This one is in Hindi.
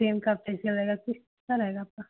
सेम का फेसिअल रहेगा तो अच्छा रहेगा आपका